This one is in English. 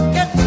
Get